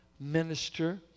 minister